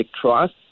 trust